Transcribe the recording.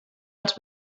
els